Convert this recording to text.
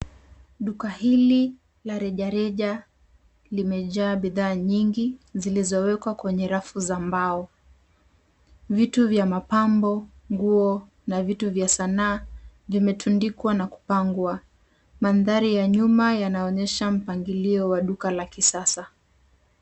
Duka hili la rejareja limejaa bidhaa nyingi zilizowekwa kwenye rafu ya mbao. Vitu vya mapambo, nguo na vitu vya sanaa vimetundikwa na kupangwa. Mandhari ya nyuma yanaonyesha mpangilio wa duka la kisasa.